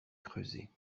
creusés